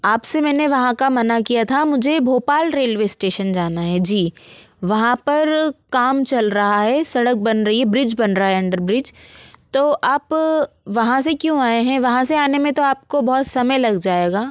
आप से मैंने वहाँ का मना किया था मुझे भोपाल रेलवे स्टेशन जाना है जी वहाँ पर काम चल रहा हैं सड़क बन रही है ब्रिज बन रहा है अन्डर ब्रिज तो आप वहाँ से क्यों आए हैं वहाँ से आने में तो आपको बहुत समय लग जाएगा